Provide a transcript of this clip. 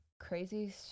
Crazy